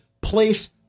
Place